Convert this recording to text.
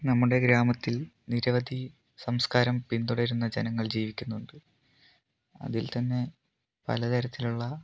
നമ്മുടെ ഗ്രാമത്തിൽ നിരവധി സംസ്കാരം പിന്തുടരുന്ന ജനങ്ങൾ ജീവിക്കുന്നുണ്ട് അതിൽ തന്നെ പല തരത്തിലുള്ള